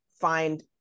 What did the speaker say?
Find